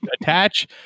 attach